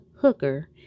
hooker